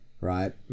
right